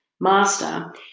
Master